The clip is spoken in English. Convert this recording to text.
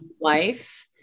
life